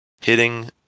Hitting